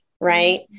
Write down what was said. Right